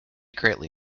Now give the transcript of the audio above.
greatly